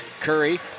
Curry